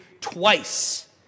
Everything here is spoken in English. twice